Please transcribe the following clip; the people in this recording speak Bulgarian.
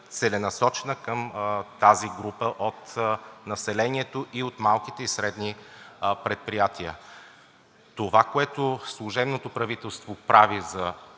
целенасочена към тази група от населението и от малките и средните предприятия. Това, което служебното правителство прави за